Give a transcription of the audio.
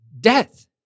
death